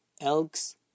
Elks